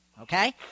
okay